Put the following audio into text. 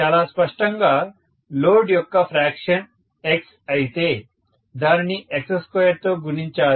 చాలా స్పష్టంగా లోడ్ యొక్క ఫ్రాక్షన్ x అయితే దానిని x2 తో గుణించాలి